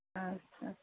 अच्छा